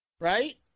Right